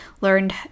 learned